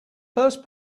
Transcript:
first